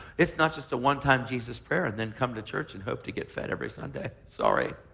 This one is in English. it's not just a one-time jesus prayer and then come to church and hope to get fed every sunday. sorry.